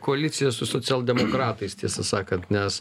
koaliciją su socialdemokratais tiesą sakant nes